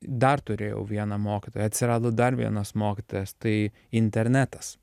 dar turėjau vieną mokytoją atsirado dar vienas mokytojas tai internetas